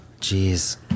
Jeez